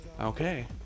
Okay